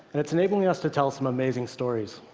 and it's enabling us to tell some amazing stories.